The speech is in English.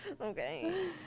Okay